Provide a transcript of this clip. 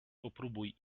popróbuj